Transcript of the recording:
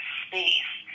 space